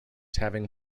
having